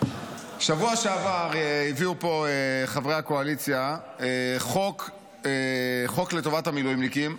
בשבוע שעבר הביאו פה חברי הקואליציה חוק לטובת המילואימניקים.